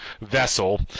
vessel